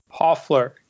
hoffler